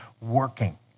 working